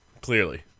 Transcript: clearly